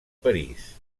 parís